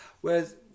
Whereas